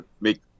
make